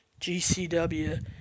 GCW